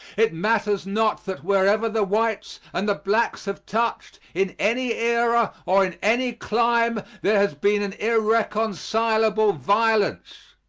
it matters not that wherever the whites and the blacks have touched, in any era or in any clime, there has been an irreconcilable violence.